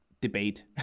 debate